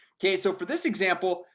okay so for this example,